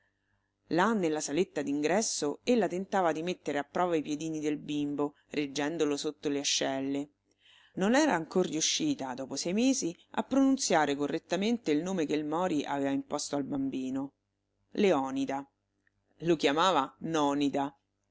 là nella saletta d'ingresso ella tentava di mettere a prova i piedini del bimbo reggendolo sotto le ascelle non era ancor riuscita dopo sei mesi a pronunziare correttamente il nome che il mori aveva imposto al bambino leonida lo chiamava nònida